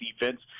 defense